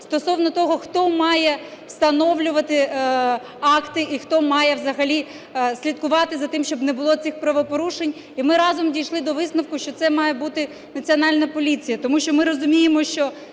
стосовно того, хто має встановлювати акти, і хто має взагалі слідкувати за тим, щоб не було цих правопорушень. І ми разом дійшли до висновку, що це має бути Національна поліція. Тому що ми розуміємо, що